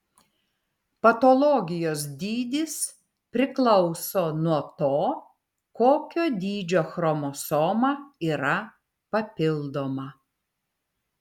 patologijos dydis priklauso nuo to kokio dydžio chromosoma yra papildoma